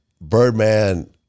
Birdman